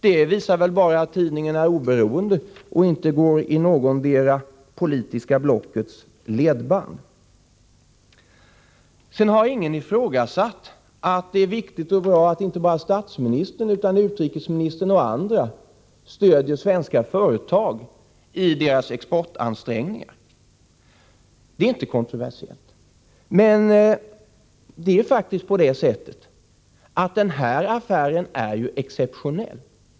Det visar bara att tidningen är oberoende och inte går i ledband från något av de politiska blocken. Ingen har hävdat något annat än att det är viktigt och bra att inte bara statsministern utan också utrikesministern och andra stöder svenska företag i deras exportansträngningar. Detta är inte kontroversiellt — men den här affären är exceptionell.